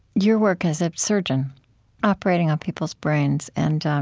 your work as a surgeon operating on people's brains. and um